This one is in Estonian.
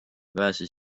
pääses